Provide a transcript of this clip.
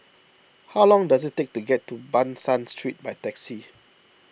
how long does it take to get to Ban San Street by taxi